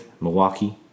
Milwaukee